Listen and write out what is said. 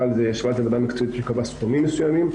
ישבה על זה ועדה מקצועית שקבעה סכומים מסוימים.